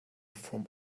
from